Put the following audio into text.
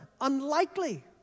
unlikely